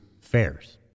fares